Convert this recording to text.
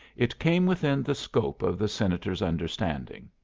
it came within the scope of the senator's understanding.